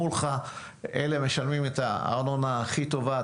אלה משלמים את הארנונה הכי טובה.